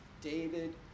David